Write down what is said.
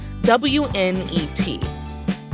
WNET